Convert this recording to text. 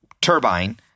turbine